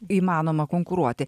įmanoma konkuruoti